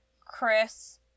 Chris